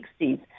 1960s